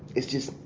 it's just.